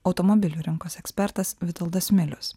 automobilių rinkos ekspertas vitoldas milius